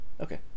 Okay